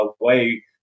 away